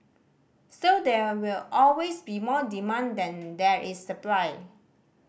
so there will always be more demand than there is supply